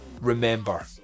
remember